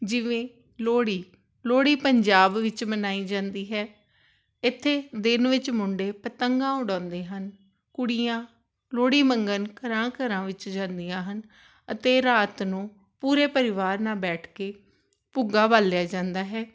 ਜਿਵੇਂ ਲੋਹੜੀ ਲੋਹੜੀ ਪੰਜਾਬ ਵਿੱਚ ਮਨਾਈ ਜਾਂਦੀ ਹੈ ਇੱਥੇ ਦਿਨ ਵਿੱਚ ਮੁੰਡੇ ਪਤੰਗਾਂ ਉਡਾਉਂਦੇ ਹਨ ਕੁੜੀਆਂ ਲੋਹੜੀ ਮੰਗਣ ਘਰਾਂ ਘਰਾਂ ਵਿੱਚ ਜਾਂਦੀਆਂ ਹਨ ਅਤੇ ਰਾਤ ਨੂੰ ਪੂਰੇ ਪਰਿਵਾਰ ਨਾਲ ਬੈਠ ਕੇ ਭੁੱਗਾ ਬਾਲਿਆ ਜਾਂਦਾ ਹੈ